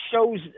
shows